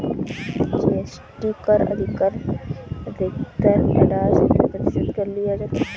GST कर अधिकतम अठाइस प्रतिशत तक लिया जा सकता है